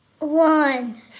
One